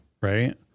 Right